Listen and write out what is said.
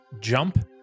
jump